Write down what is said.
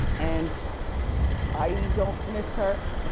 and i don't miss her.